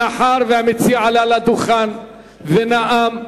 מאחר שהמציע עלה לדוכן ונאם,